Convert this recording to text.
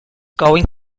going